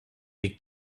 they